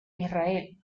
israel